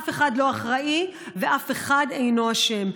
אף אחד לא אחראי ואף אחד אינו אשם.